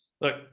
look